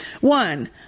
One